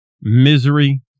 misery